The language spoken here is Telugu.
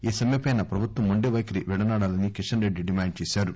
ఈ సమ్మెపై ప్రభుత్వం మొండి వైఖరి విడనాడాలని కిషన్ రెడ్డి డిమాండ్ చేసారు